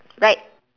right